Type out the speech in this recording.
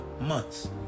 Months